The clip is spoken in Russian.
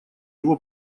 его